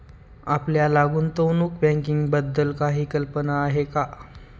आपल्याला गुंतवणूक बँकिंगबद्दल काही कल्पना आहे का?